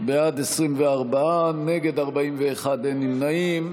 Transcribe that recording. בעד, 24, נגד, 41, אין נמנעים.